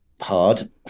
hard